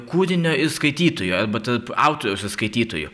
kūrinio ir skaitytojų arba tarp autoriaus ir skaitytojų